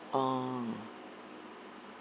oh